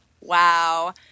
Wow